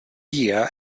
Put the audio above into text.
year